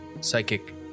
psychic